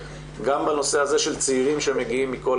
גם בנושא הזה של צעירים שמגיעים מכל